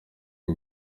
iyi